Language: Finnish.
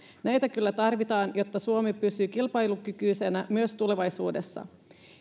näitä kyllä tarvitaan jotta suomi pysyy kilpailukykyisenä myös tulevaisuudessa